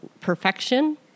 perfection